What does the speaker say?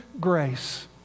grace